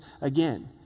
again